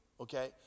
Okay